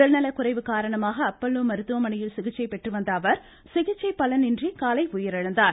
உடல் நலக்குறைவு காரணமாக அப்பல்லோ மருத்துவமனையில் சிகிச்சை பெற்றுவந்த அவர் சிகிச்சை பலனின்றி இன்று காலை உயிரிழந்தார்